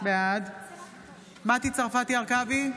בעד מטי צרפתי הרכבי,